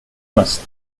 must